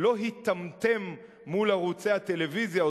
הוא לא היטמטם מול ערוצי הטלוויזיה,